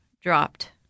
dropped